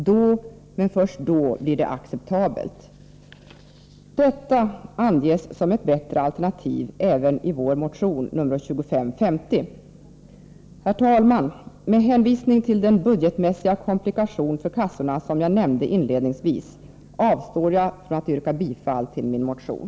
Då, men först då, blir det acceptabelt.” Detta förslag anges som ett bättre alternativ även i vår motion 2550. Herr talman! Med hänvisning till den budgetmässiga komplikation för kassorna som jag nämnde inledningsvis avstår jag från att yrka bifall till min motion.